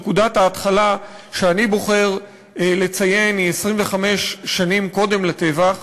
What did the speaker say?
נקודת ההתחלה שאני בוחר לציין היא 25 שנים קודם לטבח,